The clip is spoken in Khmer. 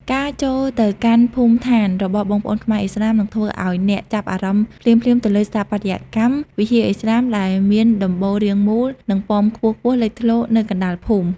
ការចូលទៅកាន់ភូមិដ្ឋានរបស់បងប្អូនខ្មែរឥស្លាម នឹងធ្វើឱ្យអ្នកចាប់អារម្មណ៍ភ្លាមៗទៅលើស្ថាបត្យកម្មវិហារឥស្លាម ដែលមានដំបូលរាងមូល និងប៉មខ្ពស់ៗលេចធ្លោនៅកណ្តាលភូមិ។